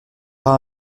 par